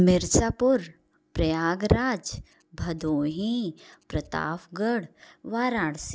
Mirzapur Prayagraj Bhadohi Pratapgarh Varanasi